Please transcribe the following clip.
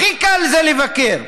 הכי קל זה לבקר.